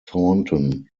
thornton